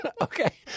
Okay